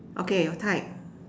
okay we're tied